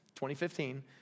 2015